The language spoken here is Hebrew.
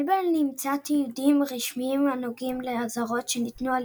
אין בנמצא תיעודים רשמיים הנוגעים לאזהרות שניתנו על